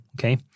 okay